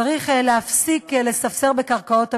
צריך להפסיק לספסר בקרקעות המדינה.